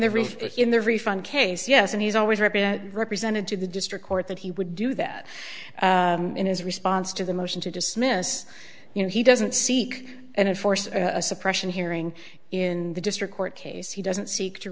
reef in the refund case yes and he's always represented represented to the district court that he would do that in his response to the motion to dismiss you know he doesn't seek and enforce a suppression hearing in the district court case he doesn't seek to